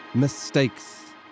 Mistakes